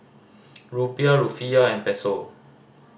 Rupiah Rufiyaa and Peso